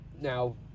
now